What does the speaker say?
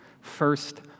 first